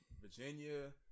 Virginia